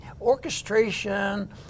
orchestration